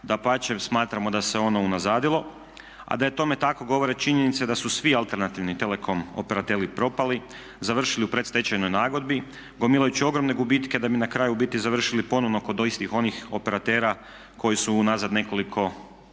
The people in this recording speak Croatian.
Dapače smatramo da se ono unazadilo, a da je tome tako govore činjenice da su svi alternativni telekom operateri propali, završili u predstečajnoj nagodbi gomilajući ogromne gubitke da bi na kraju u biti završili ponovno kod istih onih operatera koji su unazad nekoliko